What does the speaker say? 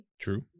True